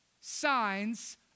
Signs